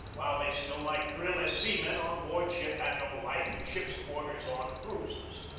while they still might drill as seamen on board ship and know life in ship's quarters on cruises.